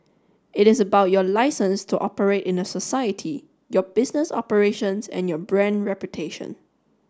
it is about your licence to operate in a society your business operations and your brand reputation